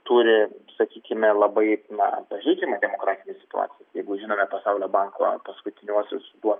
turi sakykime labai na pažeidžiamą demografinę situaciją jeigu žinome pasaulio banko paskutiniuosius duo